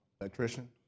Electrician